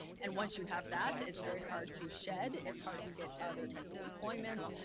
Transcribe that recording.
and once you have that, it's very hard to shed, it's hard to get other types of employment,